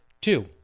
Two